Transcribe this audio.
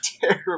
terrible